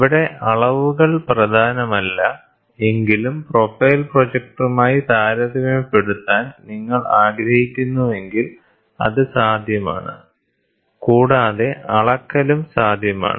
ഇവിടെ അളവുകൾ പ്രധാനമല്ല എങ്കിലും പ്രൊഫൈൽ പ്രൊജക്ടറുമായി താരതമ്യപ്പെടുത്താൻ നിങ്ങൾ ആഗ്രഹിക്കുന്നുവെങ്കിൽ അത് സാധ്യമാണ് കൂടാതെ അളക്കലും സാധ്യമാണ്